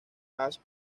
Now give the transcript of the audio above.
ash